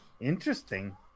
Interesting